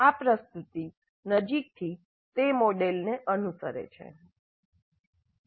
આ પ્રસ્તુતિ નજીકથી તે મોડેલને અનુસરે છે